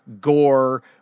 gore